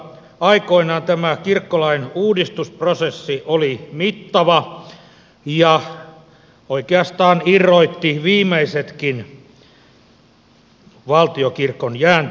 aikoinaan tämä kirkkolain uudistusprosessi oli mittava ja oikeastaan irrotti viimeisetkin valtionkirkon jäänteet